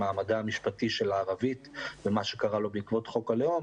על מעמדה המשפטי של הערבית ומה שקרה לו בעקבות חוק הלאום.